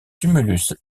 tumulus